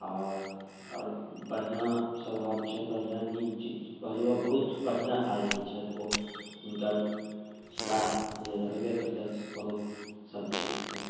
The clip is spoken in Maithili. आओर आओर बढ़िआँ स्वाभाव छनि बढ़िआँ नीक चीज बहुत बढ़िआँ आदमी छथि ओ हुनकर सदा जे रहबे करतनि बहुत सब चीजसँ